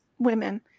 women